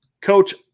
Coach